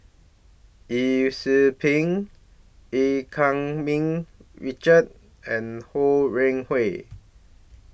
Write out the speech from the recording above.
Yee Siew Pun EU Keng Mun Richard and Ho Rih Hwa